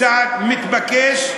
צעד מתבקש,